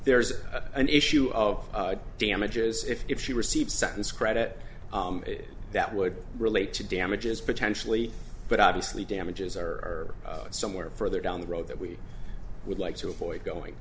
there's an issue of damages if she receives sentence credit that would relate to damages potentially but obviously damages are somewhere further down the road that we would like to avoid going